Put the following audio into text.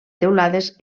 teulades